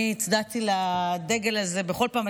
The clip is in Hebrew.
אני הצדעתי לדגל הזה בכל פעם.